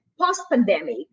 post-pandemic